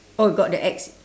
oh got the X